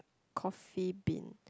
Coffee-Bean